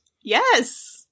yes